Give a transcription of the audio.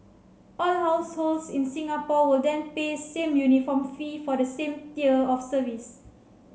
all households in Singapore will then pay same uniform fee for the same tier of service